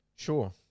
Sure